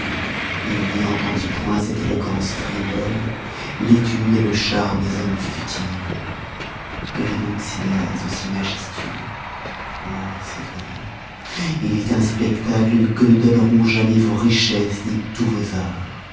il n'y entendit point cette éloquence frivole l'étude le charme des hommes futiles que vit donc cynéas de si majestueux o citoyens il vit un spectacle que ne donneront jamais vos richesses ni tous vos arts